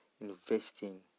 investing